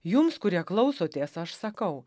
jums kurie klausotės aš sakau